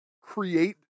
create